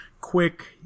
quick